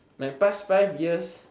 my past five years